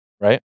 Right